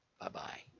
Bye-bye